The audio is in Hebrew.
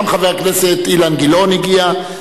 גם חבר הכנסת אילן גילאון הגיע,